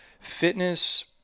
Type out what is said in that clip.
Fitness